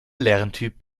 lerntyp